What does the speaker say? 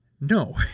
No